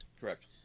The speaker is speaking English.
Correct